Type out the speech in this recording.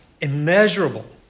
immeasurable